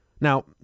Now